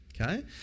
Okay